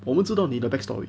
我们知道你的 backstory